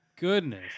Goodness